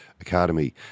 academy